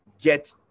get